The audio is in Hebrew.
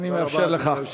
אני מאפשר לך.